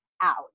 out